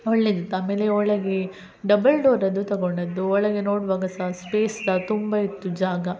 ಒಳ್ಳೇದಿತ್ತು ಆಮೇಲೆ ಒಳಗೆ ಡಬಲ್ ಡೋರದ್ದು ತೊಗೊಂಡಿದ್ದು ಒಳಗೆ ನೋಡುವಾಗ ಸಹ ಸ್ಪೇಸ್ ಸಹ ತುಂಬ ಇತ್ತು ಜಾಗ